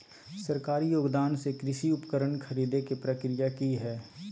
सरकारी योगदान से कृषि उपकरण खरीदे के प्रक्रिया की हय?